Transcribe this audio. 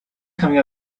coming